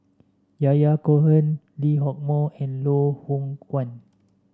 Yahya Cohen Lee Hock Moh and Loh Hoong Kwan